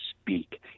speak